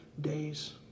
days